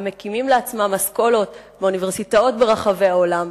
המקימים לעצמם אסכולות באוניברסיטאות ברחבי העולם,